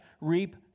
reap